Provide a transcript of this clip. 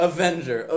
Avenger